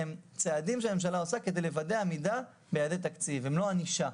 הן צעדים שהממשלה עושה כדי לוודא עמידה ביעדי תקציב; הם לא ענישה.